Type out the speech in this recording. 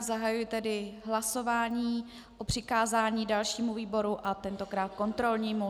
Zahajuji tedy hlasování o přikázání dalšímu výboru, tentokrát kontrolnímu.